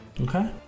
Okay